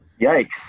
Yikes